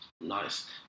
nice